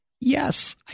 yes